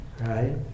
right